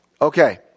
Okay